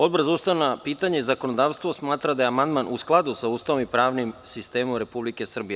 Odbor za ustavna pitanja i zakonodavstvo smatra da je amandman u skladu sa Ustavom i pravnim sistemom Republike Srbije.